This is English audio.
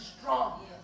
strong